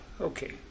okay